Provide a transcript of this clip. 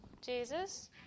Jesus